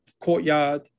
courtyard